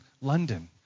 London